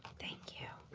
thank you.